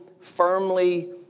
firmly